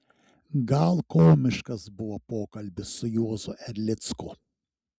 gal komiškas buvo pokalbis su juozu erlicku